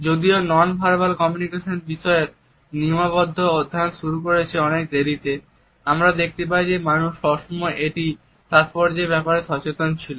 যদিও non verbal communication বিষয়ের নিয়মাবদ্ধ অধ্যায়ন শুরু হয়েছে অনেক দেরিতে আমরা দেখতে পাই যে মানুষ সবসময়ই এটির তাৎপর্যের ব্যাপারে সচেতন ছিল